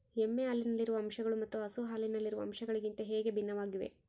ಎಮ್ಮೆ ಹಾಲಿನಲ್ಲಿರುವ ಅಂಶಗಳು ಮತ್ತು ಹಸು ಹಾಲಿನಲ್ಲಿರುವ ಅಂಶಗಳಿಗಿಂತ ಹೇಗೆ ಭಿನ್ನವಾಗಿವೆ?